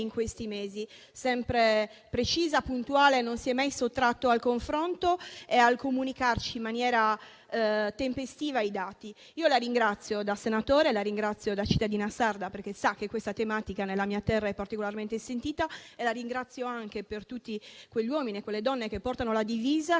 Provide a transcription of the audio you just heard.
questi mesi: sempre precisa e puntuale. Non si è mai sottratto al confronto e al comunicarci in maniera tempestiva i dati. Io la ringrazio, da senatore e da cittadina sarda, perché sa che questa tematica nella mia terra è particolarmente sentita. E la ringrazio anche per tutti quegli uomini e quelle donne che portano la divisa, che,